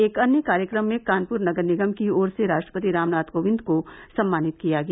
एक अन्य कार्यक्रम में कानपुर नगर निगम की ओर से राष्ट्रपति रामनाथ कोविंद को सम्मानित किया गया